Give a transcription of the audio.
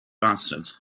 answered